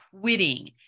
quitting